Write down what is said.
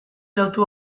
lotu